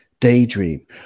Daydream